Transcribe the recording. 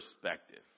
perspective